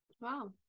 Wow